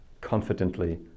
confidently